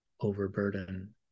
overburden